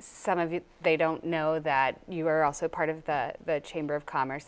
some of the they don't know that you are also part of the chamber of commerce